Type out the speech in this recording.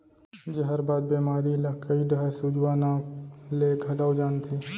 जहरबाद बेमारी ल कइ डहर सूजवा नांव ले घलौ जानथें